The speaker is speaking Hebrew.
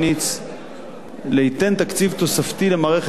ליתן תקציב תוספתי למערכת ההשכלה הגבוהה